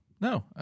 no